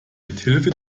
mithilfe